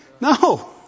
No